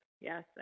yes